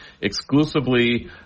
exclusively